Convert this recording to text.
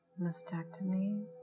mastectomy